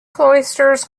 cloisters